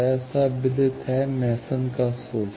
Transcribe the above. यह सर्वविदित है मेसन का सूत्र